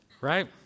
right